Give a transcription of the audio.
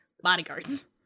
bodyguards